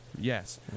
yes